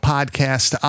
Podcast